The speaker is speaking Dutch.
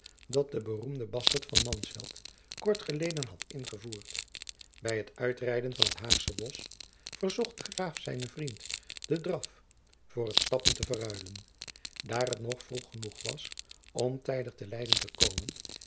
dat de beroemde bastert van mansfeldt kort geleden bad ingevoerd bij het uitrijden van het haagsche bosch verzocht de graaf zijnen vriend den draf voor het stappen te verruilen daar het nog vroeg genoeg was om tijdig te leyden te komen